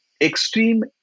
extreme